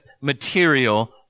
material